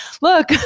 Look